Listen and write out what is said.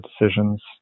decisions